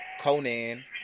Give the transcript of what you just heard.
Conan